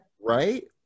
Right